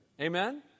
Amen